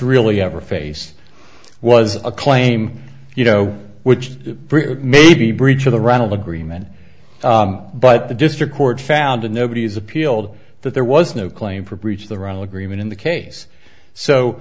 really ever face was a claim you know which may be breach of the right of agreement but the district court found and nobody's appealed that there was no claim for breach of the run agreement in the case so